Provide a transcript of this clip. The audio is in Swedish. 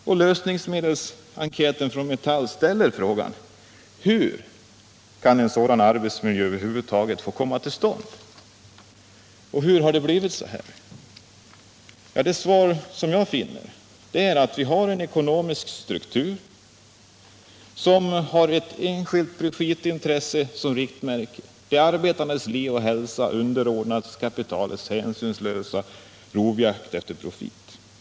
Enkäten från Metall om lösningsmedel ställer frågan: Hur kan en sådan arbetsmiljö över huvud taget få komma till stånd? Hur har det blivit så här? Det svar som jag finner är att vi har en ekonomisk struktur som har enskilt profitintresse som riktmärke. De arbetandes liv och hälsa underordnas kapitalets hänsynslösa rovjakt efter profit.